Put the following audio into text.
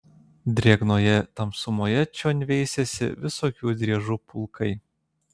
drėgnoje tamsumoje čion veisėsi visokių driežų pulkai